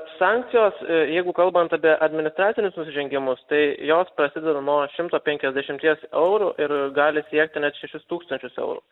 sankcijos jeigu kalbant apie administracinius nusižengimus tai jos prasideda nuo šimto penkiasdešimties eurų ir gali siekti net šešis tūkstančius eurų